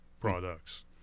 products